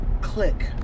click